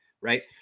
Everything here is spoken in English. right